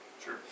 Sure